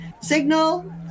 Signal